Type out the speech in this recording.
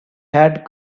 had